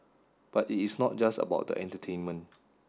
but it is not just about the entertainment